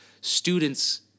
students